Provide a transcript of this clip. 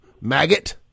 maggot